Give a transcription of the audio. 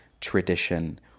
tradition